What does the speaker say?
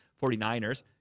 49ers